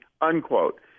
unquote